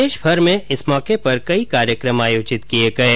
देशभर में इस अवसर पर कई कार्यक्रम आयोजित किए गये